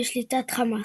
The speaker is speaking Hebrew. שבשליטת חמאס.